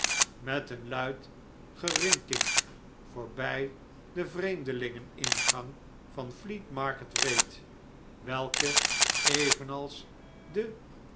met luid gerinkink voorbij den vreemdelingeningang van fleet market reed welke evenals de